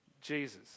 Jesus